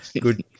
good